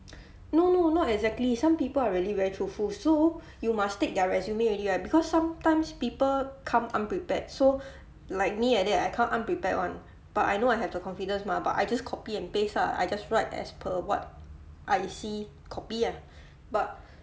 no no not exactly some people are really very truthful so you must take their resume already right because sometimes people come unprepared so like me like that I come unprepared [one] but I know I have the confidence mah but I just copy and paste ah I just write as per what I see copy ah but